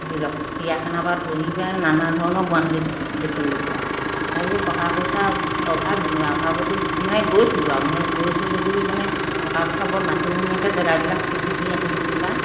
চিৰিয়াখানাৰ পৰা ধৰি পেলাই নানা ধৰণৰ গুৱাহাটীত দেখিবলৈ পোৱা তাৰপিছত টকা পইচা অভাৱ যেনিবা অভাৱতো মানে গৈছিলোঁ আৰু মানে গৈছোঁ যদিও মানে টকা পইচা বৰ নাটনি ধুনীয়াকৈ জেগাবিলাক ফুৰি চাকি আহি যেনিবা